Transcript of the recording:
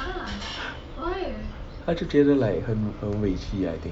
他就觉得很委屈 I think